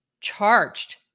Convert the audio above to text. charged